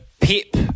Pip